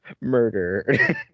murder